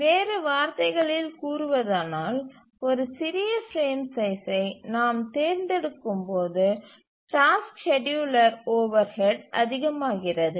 வேறு வார்த்தைகளில் கூறுவதானால் ஒரு சிறிய பிரேம் சைசை நாம் தேர்ந்தெடுக்கும் போது டாஸ்க் ஸ்கேட்யூலர் ஓவர்ஹெட் அதிகமாகிறது